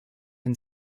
can